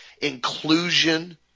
inclusion